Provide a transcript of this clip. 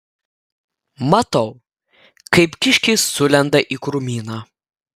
matau kaip kiškiai sulenda į krūmyną